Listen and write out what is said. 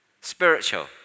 spiritual